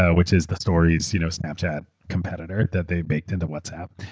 ah which is the story is you know snapchat competitor that they baked into whatsapp.